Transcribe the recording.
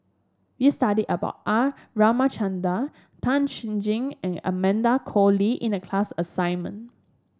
we studied about R Ramachandran Tan Chen Jin and Amanda Koe Lee in the class assignment